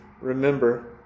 remember